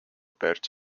барьж